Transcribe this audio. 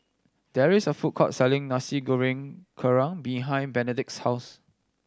there is a food court selling Nasi Goreng Kerang behind Benedict's house